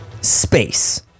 Space